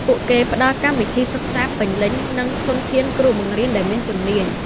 ពួកគេផ្តល់កម្មវិធីសិក្សាពេញលេញនិងធនធានគ្រូបង្រៀនដែលមានជំនាញ។